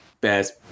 best